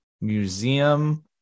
museum